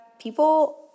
people